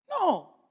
No